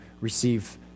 receive